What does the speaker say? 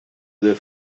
the